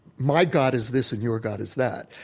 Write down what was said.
my god is this and your god is that.